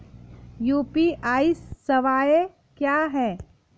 UPI सवायें क्या हैं?